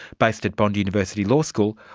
based at bond university law school,